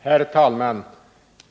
Herr talman!